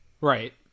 right